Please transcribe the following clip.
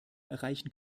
erreichen